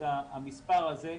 המספר הזה,